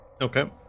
okay